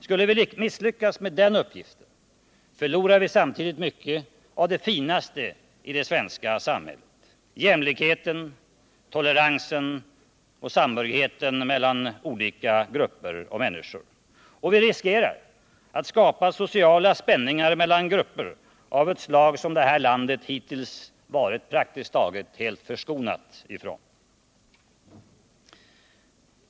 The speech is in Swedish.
Skulle vi misslyckas med den uppgiften förlorar vi samtidigt mycket av det finaste i det svenska samhället: jämlikheten, toleransen och samhörigheten mellan olika grupper och människor. Och vi riskerar att skapa sociala spänningar mellan grupper av ett slag som det här landet hittills varit praktiskt taget helt förskonat ifrån.